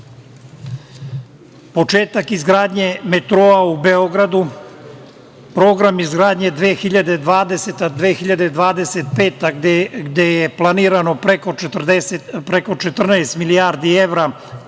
početak izgradnje metroa u Beogradu, program izgradnje 2020-2025. godina, gde je planirano preko 14 milijardi evra,